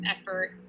effort